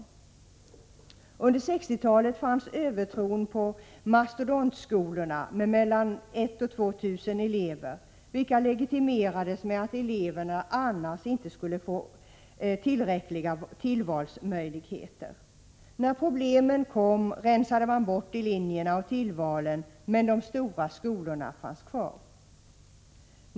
Under 1960-talet fanns övertron på mastodontskolorna med mellan 1 000 och 2 000 elever, vilka legitimerades med att eleverna annars inte skulle få tillräckliga tillvalsmöjligheter. När problemen kom rensade man bort i linjerna och tillvalen, men de stora skolorna fanns kvar.